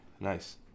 Nice